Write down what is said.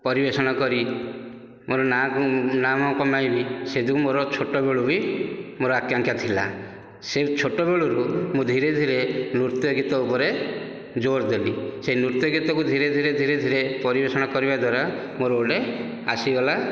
ପରିବେଷଣ କରି ମୋର ନାଁକୁ ମୁଁ ନାମ କମାଇବି ସେଯୋଗୁ ମୋର ଛୋଟ ବେଳୁ ହିଁ ମୋର ଆକାଂକ୍ଷା ଥିଲା ସେ ଛୋଟ ବେଳୁରୁ ମୁଁ ଧୀରେ ଧୀରେ ନୃତ୍ୟଗୀତ ଉପରେ ଜୋର ଦେଲି ସେହି ନୃତ୍ୟଗୀତକୁ ଧୀରେ ଧୀରେ ଧୀରେ ଧୀରେ ପରିବେଷଣ କରିବା ଦ୍ୱାରା ମୋର ଗୋଟେ ଆସିଗଲା